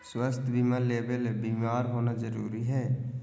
स्वास्थ्य बीमा लेबे ले बीमार होना जरूरी हय?